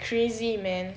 crazy man